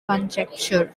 conjecture